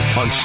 on